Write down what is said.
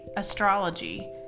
astrology